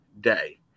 day